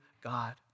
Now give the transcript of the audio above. God